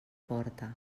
porta